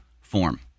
form